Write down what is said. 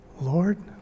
Lord